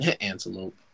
Antelope